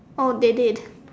oh they did